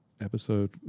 episode